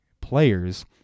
players